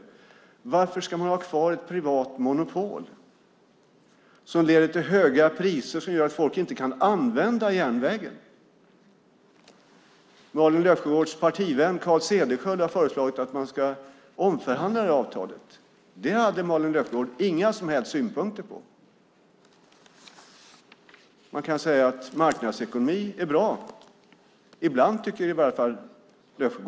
Frågan löd: Varför ska man ha kvar ett privat monopol som leder till höga priser som gör att folk inte kan använda järnvägen? Malin Löfsjögårds partivän Carl Cederschiöld har föreslagit att man ska omförhandla det här avtalet. Det hade Malin Löfsjögård inga som helst synpunkter på. Man kan säga att marknadsekonomi är bra. Åtminstone ibland tycker Löfsjögård det.